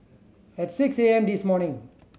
at six A M this morning